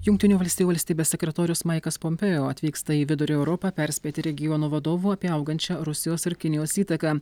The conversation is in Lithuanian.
jungtinių valstijų valstybės sekretorius maikas pompėo atvyksta į vidurio europą perspėti regiono vadovų apie augančią rusijos ir kinijos įtaką